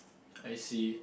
I see